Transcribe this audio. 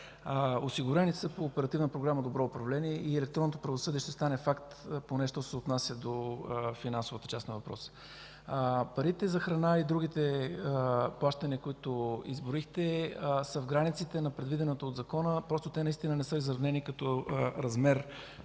Оперативна програма „Добро управление” и електронното правосъдие ще стане факт поне що се отнася до финансовата част на въпроса. Парите за храна и другите плащания, които изброихте, са в границите на предвиденото от Закона. Просто те наистина не са изравнени като размер